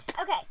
Okay